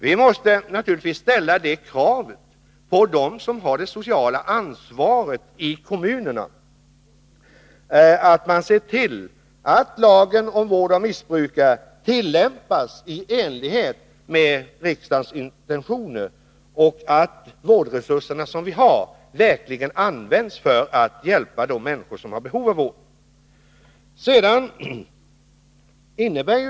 Vi måste naturligtvis ställa kravet på dem som har det sociala ansvaret i kommunerna att de ser till att lagen om vård av missbrukare tillämpas i enlighet med riksdagens intentioner och att de vårdresurser vi har verkligen används för att hjälpa de människor som har behov av vård.